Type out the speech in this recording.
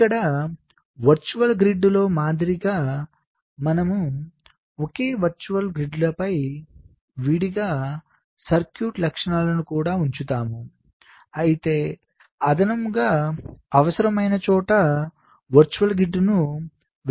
ఇక్కడ వర్చువల్ గ్రిడ్లో మాదిరిగా మనము ఒకే వర్చువల్ గ్రిడ్లపై విడిగా సర్క్యూట్ లక్షణాలను కూడా ఉంచుతాము అయితే అదనంగా అవసరమైన చోట వర్చువల్ గ్రిడ్ను విభజించవచ్చు